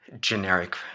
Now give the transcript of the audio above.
generic